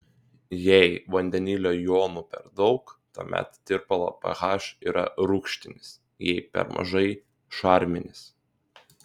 jei vandenilio jonų per daug tuomet tirpalo ph yra rūgštinis jei per mažai šarminis